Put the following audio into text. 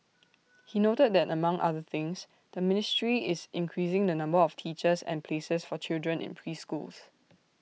he noted that among other things the ministry is increasing the number of teachers and places for children in preschools